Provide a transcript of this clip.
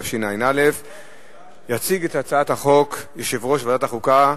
התשע"א 2011. יציג את הצעת החוק יושב-ראש ועדת החוקה,